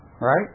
Right